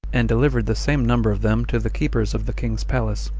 and delivered the same number of them to the keepers of the king's palace.